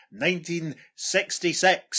1966